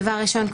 דבר ראשון,